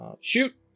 Shoot